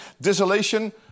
desolation